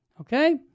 Okay